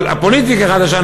הפוליטיקה החדשה,